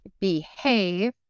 behave